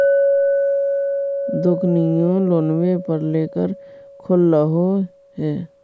दोकनिओ लोनवे पर लेकर खोललहो हे?